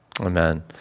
Amen